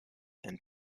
and